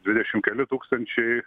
dvidešimt keli tūkstančiai